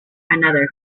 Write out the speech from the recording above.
another